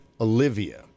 Olivia